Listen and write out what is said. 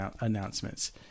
announcements